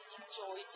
enjoy